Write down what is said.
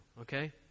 okay